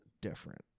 different